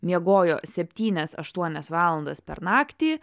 miegojo septynias aštuonias valandas per naktį